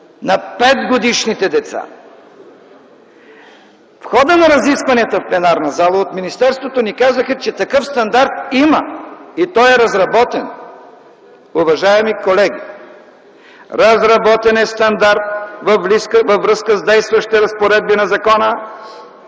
на 5-годишните деца. В хода на разискванията в пленарната зала от министерството ни казаха, че такъв стандарт има и той е разработен. Уважаеми колеги, разработен е стандарт във връзка с действащи разпоредби на Закона